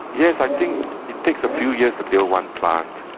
yes, i think it takes a few years to build one plant,